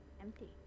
empty